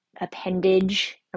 appendage